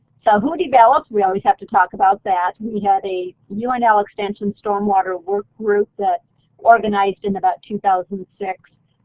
so who developed? we always have to talk about that. we had a and unl extension stormwater work group that organized in about two thousand and six,